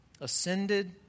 Ascended